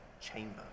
chamber